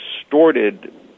distorted